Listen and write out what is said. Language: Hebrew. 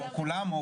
או כולם,